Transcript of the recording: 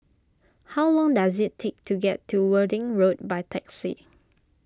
how long does it take to get to Worthing Road by taxi